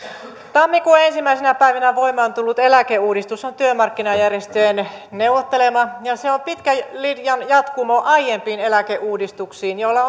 tammikuun ensimmäisenä päivänä voimaan tullut eläkeuudistus on työmarkkinajärjestöjen neuvottelema ja se on pitkän linjan jatkumoa aiempiin eläkeuudistuksiin joilla